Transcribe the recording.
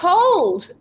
Cold